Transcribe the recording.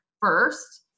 first